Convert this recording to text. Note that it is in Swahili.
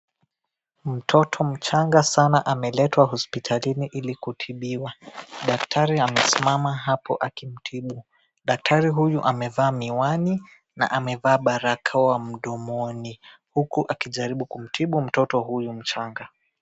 Mtoto mchanga sana ameletwa hospitalini ili kutibiwa. Daktari amesimama hapo akimtibu. Daktari huyu amevaa miwani na amevaa barakoa mdomoni huku akijaribu kumtibu mtoto huyu mchanga.